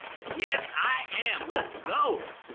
yes, i am, let's go.